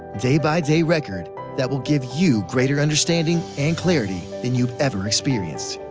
day-by-day record that will give you greater understanding and clarity than you've ever experienced.